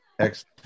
Excellent